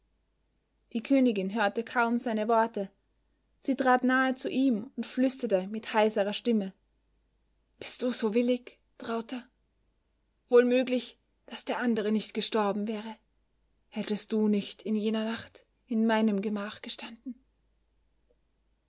die königin hörte kaum seine worte sie trat nahe zu ihm und flüsterte mit heiserer stimme bist du so willig trauter wohl möglich daß der andere nicht gestorben wäre hättest du nicht in jener nacht in meinem gemach gestanden